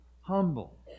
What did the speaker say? humble